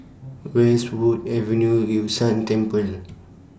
Westwood Avenue Yun Shan Temple